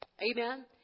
Amen